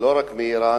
לא רק מאירן,